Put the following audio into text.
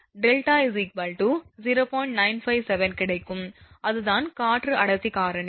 957 கிடைக்கும் அதுதான் காற்று அடர்த்தி காரணி